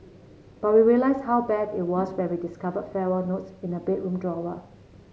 but we realised how bad it was when we discovered farewell notes in the bedroom drawer